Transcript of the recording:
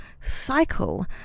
cycle